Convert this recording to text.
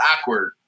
awkward